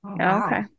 okay